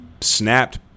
snapped